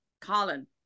Colin